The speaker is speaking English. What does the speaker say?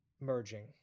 merging